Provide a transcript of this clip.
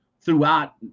throughout